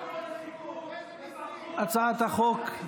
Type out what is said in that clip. הצעת החוק,